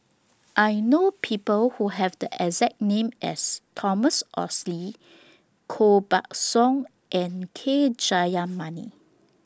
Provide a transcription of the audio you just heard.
I know People Who Have The exact name as Thomas Oxley Koh Buck Song and K Jayamani